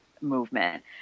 movement